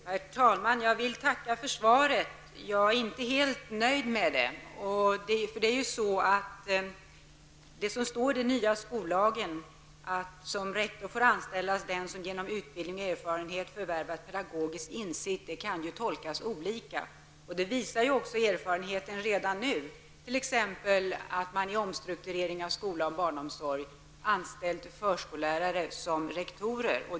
Herr talman! Jag vill tacka för svaret, som jag emellertid inte är helt nöjd med. Det som i den nya skollagen sägs om att ''som rektor får anställas den som genom utbildning och erfarenhet har förvärvat pedagogisk insikt'' kan tolkas olika. Det visar erfarenheterna redan nu. Man har t.ex. vid omstruktureringar inom skola och barnomsorg anställt förskollärare som rektorer.